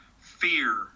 Fear